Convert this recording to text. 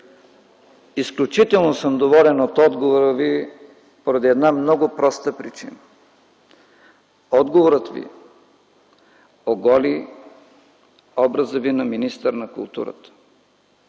изключително съм доволен от отговора Ви поради една много проста причина – отговорът Ви оголи образа Ви на министър на културата.